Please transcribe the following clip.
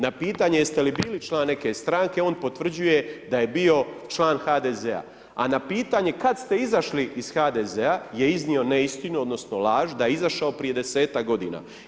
Na pitanje jeste li bili član neke stranke, on potvrđuje da je bio član HDZ-a, a na pitanje kad ste izašli iz HDZ-a je iznio neistinu odnosno laž, da je izašao prije 10-tak godina.